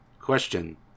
Question